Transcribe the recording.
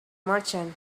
merchant